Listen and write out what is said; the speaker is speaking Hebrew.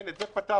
את זה פתרנו.